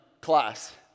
class